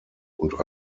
und